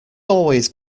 always